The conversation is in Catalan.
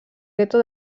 gueto